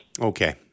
Okay